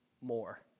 more